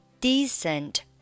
decent